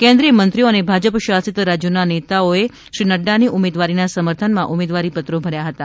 કેન્દ્રીય મંત્રીઓ અને ભાજપ શાશિત રાજ્યોના નેતાઓએ શ્રી નફાની ઉમેદવારીના સમર્થનમાં ઉમેદવારીપત્રો ભર્યા હતા